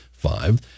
Five